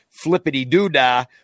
flippity-doo-dah